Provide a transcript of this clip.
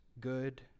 good